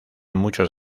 muchos